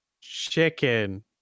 chicken